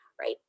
right